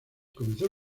comenzó